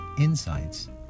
insights